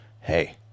hey